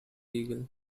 eagle